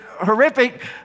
horrific